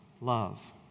love